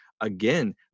again